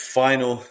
final